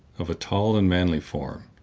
of a tall and manly form,